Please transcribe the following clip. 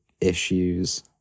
issues